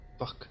Fuck